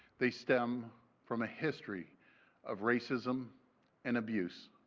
they stem from a history of racism and abuse.